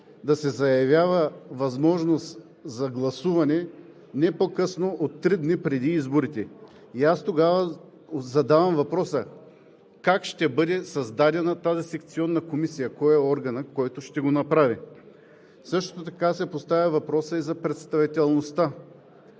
да се заявява възможност за гласуване не по-късно от три дни преди изборите. Тогава задавам въпроса: как ще бъде създадена тази секционна комисия, кой е органът, който ще го направи? Също така се поставя въпросът и за представителността.